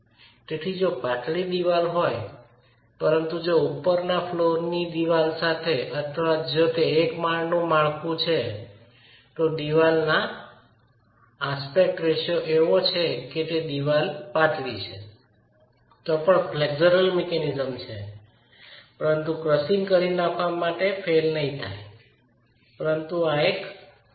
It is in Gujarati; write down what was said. તેથી જો પાતળી દિવાલ હોય પરંતુ જો ઉપર ના ફ્લોર ની દિવાલ છે અથવા જો તે એક માળનું માળખું છે અને દિવાલનો પાસા ગુણોત્તર એવો છે કે તે દિવાલ પાતળી છે તો પણ ફ્લેક્ચર મિકેનિઝમ છે પરંતુ તે ક્રસીંગ કરી નાખવામાં ફેઇલ નહીં થાય પરંતુ તે એક રોક છે